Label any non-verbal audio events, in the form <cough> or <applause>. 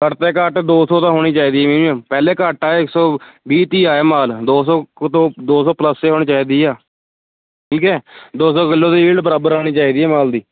ਘੱਟ ਤੇ ਘੱਟ ਦੋ ਸੌ ਤਾਂ ਹੋਣੀ ਚਾਹੀਦੀ ਮਿਨੀਮਮ ਪਹਿਲੇ ਘੱਟ ਆਏ ਇੱਕ ਸੌ ਵੀਹ ਤੀਹ ਆਇਆ ਮਾਲ ਦੋ ਸੌ ਕੁ ਤੋਂ ਦੋ ਸੌ ਪਲੱਸ ਹੀ ਹੋਣੀ ਚਾਹੀਦੀ ਹੈ ਠੀਕ ਹੈ ਦੋ ਸੌ ਕਿਲੋ ਦੀ <unintelligible> ਬਰਾਬਰ ਆਉਣੀ ਚਾਹੀਦੀ ਹੈ ਮਾਲ ਦੀ